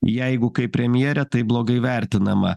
jeigu kaip premjerė taip blogai vertinama